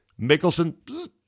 Mickelson